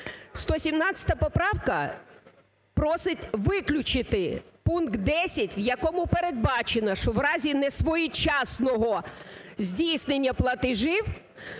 117 поправка просить виключити пункт 10, в якому передбачено, що в разі несвоєчасного здійснення платежів